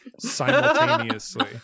simultaneously